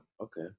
Okay